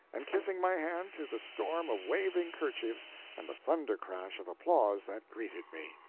and kissing my hand to the storm of waving kerchiefs and the thunder-crash of applause that greeted me!